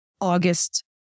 August